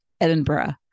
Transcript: Edinburgh